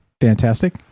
Fantastic